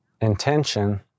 intention